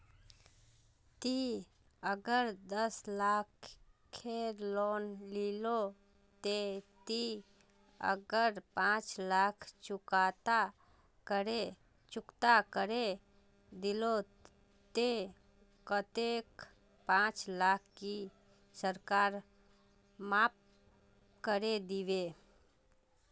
ती अगर दस लाख खेर लोन लिलो ते ती अगर पाँच लाख चुकता करे दिलो ते कतेक पाँच लाख की सरकार माप करे दिबे?